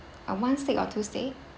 uh one steak or two steak